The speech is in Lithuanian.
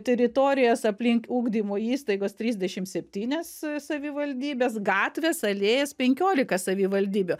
teritorijas aplink ugdymo įstaigas trisdešimt septynias savivaldybės gatves alėjas penkiolika savivaldybių